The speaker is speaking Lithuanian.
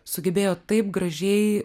sugebėjo taip gražiai